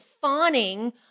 fawning